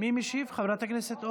חברת הכנסת אורנה?